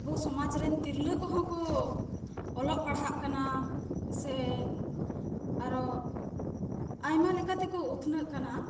ᱟᱵᱚ ᱥᱟᱢᱟᱡ ᱨᱮᱱ ᱛᱤᱨᱞᱟᱹ ᱠᱚᱦᱚᱸ ᱠᱚ ᱚᱞᱚᱜ ᱯᱟᱲᱦᱟᱜ ᱠᱟᱱᱟ ᱥᱮ ᱟᱨᱚ ᱟᱭᱢᱟ ᱞᱮᱠᱟ ᱛᱮᱠᱚ ᱩᱛᱱᱟᱹᱜ ᱠᱟᱱᱟ